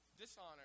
Dishonor